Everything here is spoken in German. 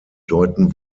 deuten